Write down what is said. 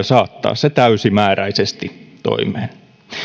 saattaa se täysimääräisesti toimeen